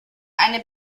eine